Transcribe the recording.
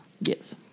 Yes